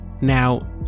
now